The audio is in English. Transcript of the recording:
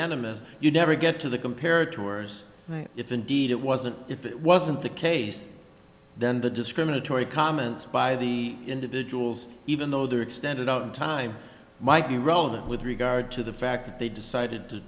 animas you never get to the compared to ours if indeed it wasn't if it wasn't the case then the discriminatory comments by the individuals even though they were extended out of time might be relevant with regard to the fact that they decided to